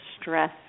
stress